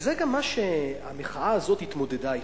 וזה גם מה שהמחאה הזאת התמודדה אתו.